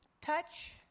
touch